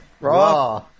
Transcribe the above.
Raw